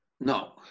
No